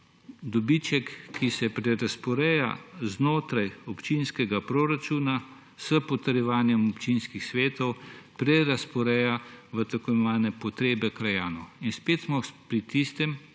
dobiček, ki se prerazporeja znotraj občinskega proračuna s potrjevanjem občinskih svetov, prerazporeja v tako imenovane potrebe krajanov. In spet smo pri tistem,